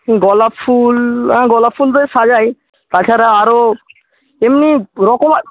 গোলাপ ফুল হ্যাঁ গোলাপ ফুল দিয়ে সাজাই তাছাড়া আরও এমনি রকমারি